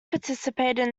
participated